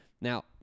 Now